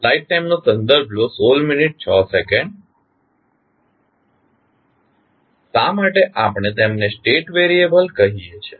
શા માટે આપણે તેમને સ્ટેટ વેરિયબલ કહીએ છીએ